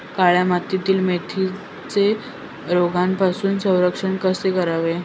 काळ्या मातीतील मेथीचे रोगापासून संरक्षण कसे करावे?